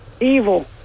evil